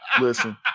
listen